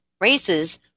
races